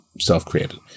self-created